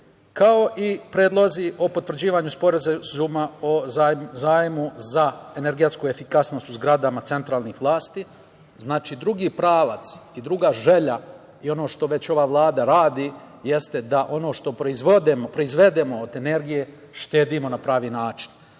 kao i predlozi o potvrđivanju Sporazuma o zajmu za energetsku efikasnost u zgradama centralnih vlasti. Znači, drugi pravac i druga želja je ono što već ova Vlada radi, jeste da ono što proizvedemo od energije štedimo na pravi način. Moram